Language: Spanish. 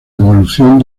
evolución